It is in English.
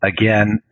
Again